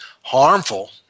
harmful